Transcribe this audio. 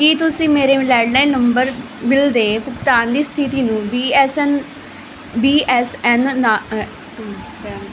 ਕੀ ਤੁਸੀਂ ਮੇਰੇ landline number bill ਦੇ ਭੁਗਤਾਨ ਦੀ ਸਥਿਤੀ ਨੂੰ B S N B S N ਨਾ